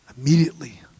immediately